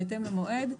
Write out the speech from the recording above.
בהתאם למועד,